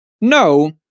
no